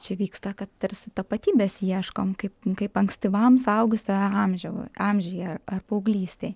čia vyksta kad tarsi tapatybės ieškom kaip kaip ankstyvam suaugusio amžiau amžiuje ar ar paauglystėj